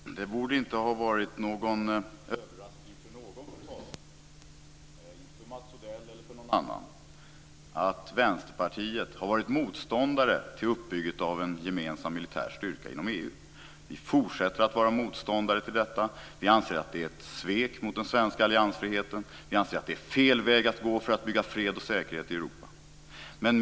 Fru talman! Det borde inte vara någon överraskning för någon, varken för Mats Odell eller för någon annan, att Vänsterpartiet har varit motståndare till uppbyggandet av en gemensam militär styrka inom EU. Vi fortsätter att vara motståndare till detta. Vi anser att det är ett svek mot den svenska alliansfriheten. Vi anser att det är fel väg att gå för att bygga fred och säkerhet i Europa.